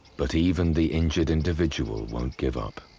but even the injured individual won't give up.